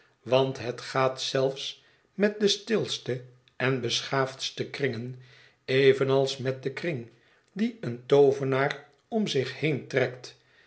want het gaat zelfs met de stilste en beschaafdste kringen evenals met den kring dien een toovenaar om zich heentrekt